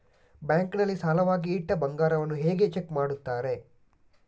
Bank ನಲ್ಲಿ ಸಾಲವಾಗಿ ಇಟ್ಟ ಬಂಗಾರವನ್ನು ಹೇಗೆ ಚೆಕ್ ಮಾಡುತ್ತಾರೆ?